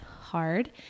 hard